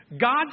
God